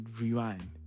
rewind